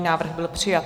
Návrh byl přijat.